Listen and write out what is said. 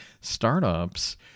startups